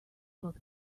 both